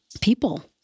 people-